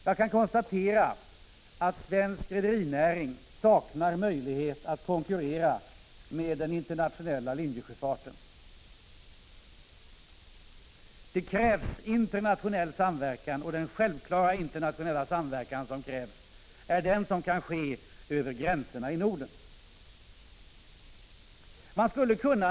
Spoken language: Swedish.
Jag kan konstatera att svensk rederinäring saknar möjligheter att konkurrera med den internationella linjesjöfarten. Det krävs internationell samverkan, och den självklara internationella samverkan som krävs är den som kan ske över gränserna i Norden.